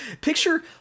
picture